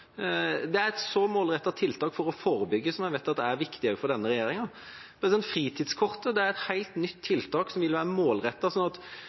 Det er et så målrettet tiltak for å forebygge, noe som jeg vet er viktig også for denne regjeringa. Fritidskortet er et helt nytt